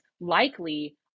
likely